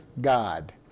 God